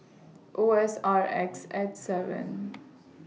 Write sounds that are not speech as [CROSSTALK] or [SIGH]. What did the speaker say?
[NOISE] O S R X H seven